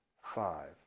five